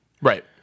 Right